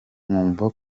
nkumva